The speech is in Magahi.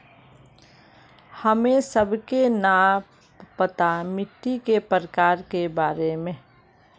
हमें सबके न पता मिट्टी के प्रकार के बारे में?